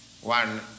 one